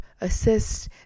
assist